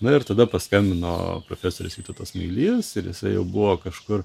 na ir tada paskambino profesorius vytautas smailys ir jisai jau buvo kažkur